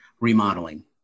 remodeling